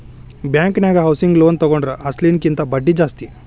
ಬ್ಯಾಂಕನ್ಯಾಗ housing loan ತಗೊಂಡ್ರ ಅಸ್ಲಿನ ಕಿಂತಾ ಬಡ್ದಿ ಜಾಸ್ತಿ